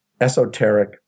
esoteric